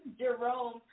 Jerome